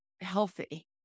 healthy